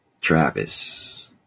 Travis